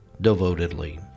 devotedly